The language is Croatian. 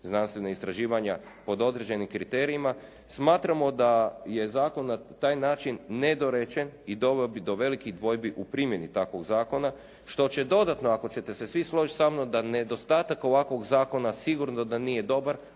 znanstvena istraživanja pod određenim kriterijima smatramo da je zakon na taj način nedorečen i doveo bi do velikih dvojbi u primjeni takvog zakona što će dodatno ako ćete se svi složiti sa mnom da nedostatak ovakvog zakona sigurno da nije dobar